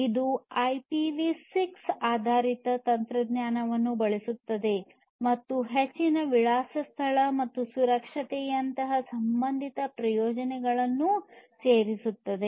ಇದು ಐಪಿವಿ6 ಆಧಾರಿತ ತಂತ್ರಜ್ಞಾನವನ್ನು ಬಳಸುತ್ತದೆ ಮತ್ತು ಹೆಚ್ಚಿದ ವಿಳಾಸ ಸ್ಥಳ ಮತ್ತು ಸುರಕ್ಷತೆಯಂತಹ ಸಂಬಂಧಿತ ಪ್ರಯೋಜನಗಳನ್ನು ಸೇರಿಸುತ್ತದೆ